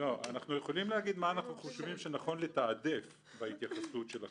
אנחנו יכולים להגיד איך אנחנו חושבים שנכון לתעדף בהתייחסות שלכם,